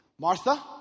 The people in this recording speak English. Martha